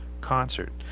concert